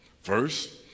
First